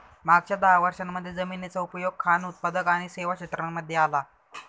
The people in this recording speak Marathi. मागच्या दहा वर्षांमध्ये जमिनीचा उपयोग खान उत्पादक आणि सेवा क्षेत्रांमध्ये आला